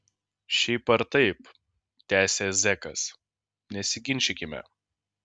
šiaip ar taip tęsė zekas nesiginčykime